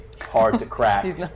hard-to-crack